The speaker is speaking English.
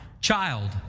child